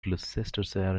gloucestershire